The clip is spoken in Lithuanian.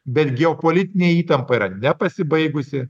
bet geopolitinė įtampa yra nepasibaigusi